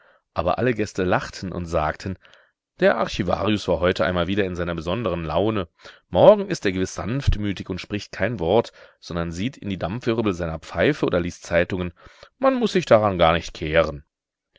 aber alle gäste lachten und sagten der archivarius war heute einmal wieder in seiner besonderen laune morgen ist er gewiß sanftmütig und spricht kein wort sondern sieht in die dampfwirbel seiner pfeife oder liest zeitungen man muß sich daran gar nicht kehren